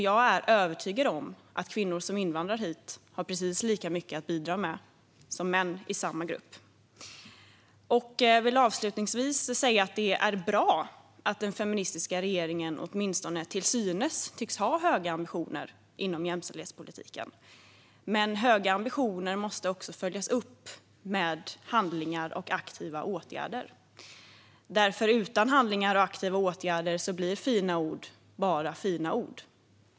Jag är övertygad om att kvinnor som invandrar hit har precis lika mycket att bidra med som män i samma grupp. Det är bra att den feministiska regeringen åtminstone till synes tycks ha höga ambitioner inom jämställdhetspolitiken. Men höga ambitioner måste också följas upp med handlingar och aktiva åtgärder. Utan handlingar och aktiva åtgärder blir fina ord bara fina ord.